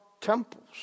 temples